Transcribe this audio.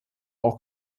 auch